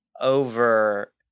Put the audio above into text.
over